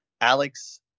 Alex